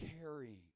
carrying